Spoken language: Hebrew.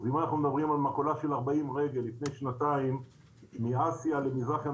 אם אנחנו מדברים על מכולה של 40 רגל לפני שנתיים מאסיה למזרח הים